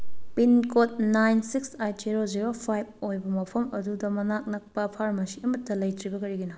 pincode nine six eight zero zero five ꯑꯣꯏꯕ ꯃꯐꯝ ꯑꯗꯨꯗ ꯃꯅꯥꯛ ꯅꯛꯄ ꯐꯥꯔꯃꯥꯁꯤ ꯑꯃꯠꯇ ꯂꯩꯇ꯭ꯔꯤꯕ ꯀꯔꯤꯒꯤꯅꯣ